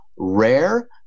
Rare